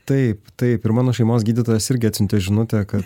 taip taip ir mano šeimos gydytojas irgi atsiuntė žinutę kad